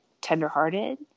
tenderhearted